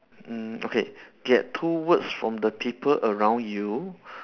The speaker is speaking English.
mm okay get two words from the people around you